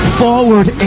forward